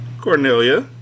Cornelia